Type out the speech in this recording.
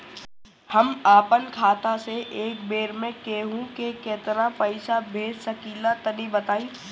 हम आपन खाता से एक बेर मे केंहू के केतना पईसा भेज सकिला तनि बताईं?